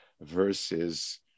versus